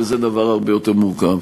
וזה דבר הרבה יותר מורכב.